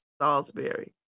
Salisbury